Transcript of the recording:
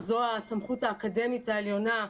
שזו הסמכות האקדמית העליונה,